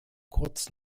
kurz